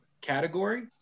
category